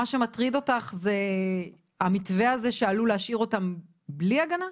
מה שמטריד אותך זה המתווה הזה שעלול להשאיר אותם בלי הגנה?